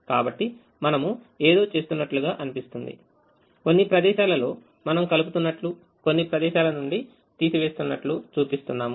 కాబట్టి మనము ఏదో చేస్తున్నట్లుగా అనిపిస్తుంది కొన్ని ప్రదేశాలలో మనం కలుపుతున్నట్లు కొన్ని ప్రదేశాల నుండి తీసి వేస్తున్నట్లుగా చూపిస్తున్నాము